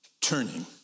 turning